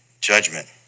judgment